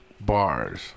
bars